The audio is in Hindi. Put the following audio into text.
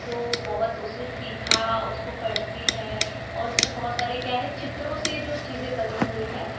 तो बहुत उसने सीखा उसको पढ़ती है और उसमें बहुत सारी क्या है चित्रों से जो चीज़ें बनी हुई हैं